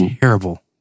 Terrible